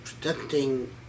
protecting